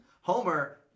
Homer